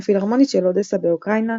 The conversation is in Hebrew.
הפילהרמונית של אודסה באוקראינה,